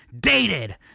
dated